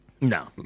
No